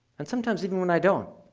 and sometimes even when i don't.